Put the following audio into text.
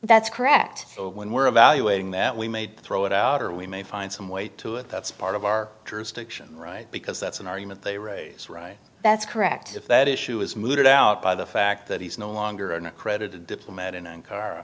that's correct when we're evaluating that we made throw it out or we may find some way to it that's part of our jurisdiction right because that's an argument they raise right that's correct if that issue is mooted out by the fact that he's no longer an accredited diplomat and